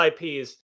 IPs